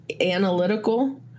analytical –